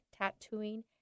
tattooing